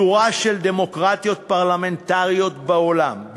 שורה של דמוקרטיות פרלמנטריות בעולם,